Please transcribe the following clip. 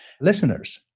listeners